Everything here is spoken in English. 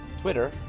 Twitter